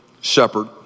shepherd